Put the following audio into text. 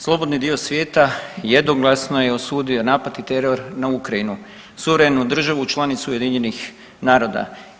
Slobodni dio svijeta jednoglasno je osudio napad i teror na Ukrajinu, suverenu državu, članicu UN-a.